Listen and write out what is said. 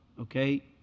okay